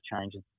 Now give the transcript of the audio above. changes